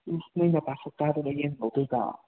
ꯏꯁ ꯅꯣꯏ ꯅꯄꯥ ꯁꯛꯇꯥꯗꯨꯒ ꯌꯦꯟ ꯉꯧꯗꯣꯏꯕ